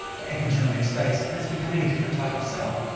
or epigenomic space, and it's becoming a different type of cell.